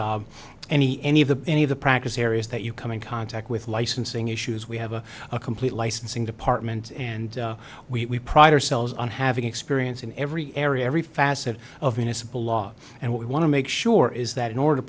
any any of the any of the practice areas that you come in contact with licensing issues we have a complete licensing department and we pride ourselves on having experience in every area every facet of in a simple law and we want to make sure is that in order to